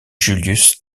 julius